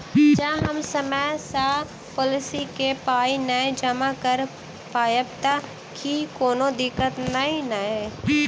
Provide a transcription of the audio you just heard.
जँ हम समय सअ पोलिसी केँ पाई नै जमा कऽ पायब तऽ की कोनो दिक्कत नै नै?